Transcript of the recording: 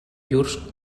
llurs